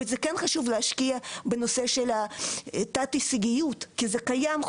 וזה כן חשוב להשקיע בנושא של תת הישגיות כי זה קיים.